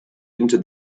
into